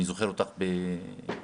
אני זוכר אותך עם התינוקת,